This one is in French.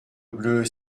bleue